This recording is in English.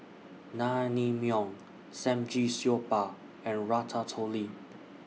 Naengmyeon Samgyeopsal and Ratatouille